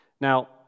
Now